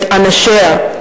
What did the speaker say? את אנשיה,